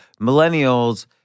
millennials